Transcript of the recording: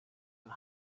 and